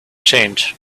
change